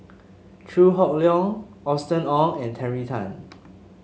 Chew Hock Leong Austen Ong and Terry Tan